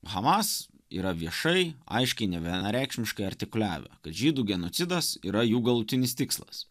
hamas yra viešai aiškiai nevienareikšmiškai artikuliavę kad žydų genocidas yra jų galutinis tikslas